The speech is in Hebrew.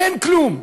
אין כלום.